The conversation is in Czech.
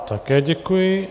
Také děkuji.